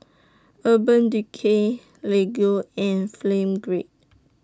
Urban Decay Lego and Film Grade